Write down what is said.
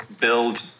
build